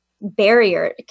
barrier